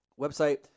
website